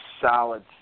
solid